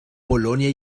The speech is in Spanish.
polonia